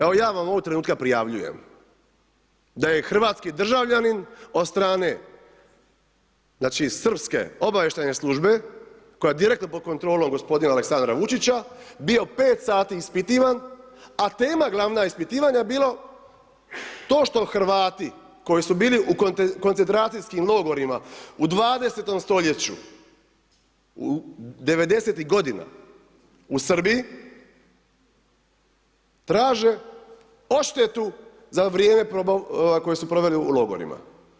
Evo ja vam ovog trenutka prijavljujem, da je hrvatski državljanin od strane, znači Srpske obavještajne službe koja je direktno pod kontrolom gospodina Aleksandra Vučića bio 5 sati ispitivan, a tema glavna ispitivanja je bilo to što Hrvati koji su bili u koncentracijskim logorima u 20. stoljeću u '90.-tih godina u Srbiji, traže odštetu za vrijeme koje su proveli u logorima.